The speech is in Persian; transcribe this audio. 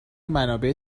منابع